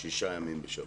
שישה ימים בשבוע.